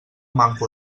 manco